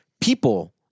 people